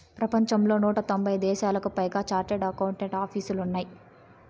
ప్రపంచంలో నూట తొంభై దేశాలకు పైగా చార్టెడ్ అకౌంట్ ఆపీసులు ఉన్నాయి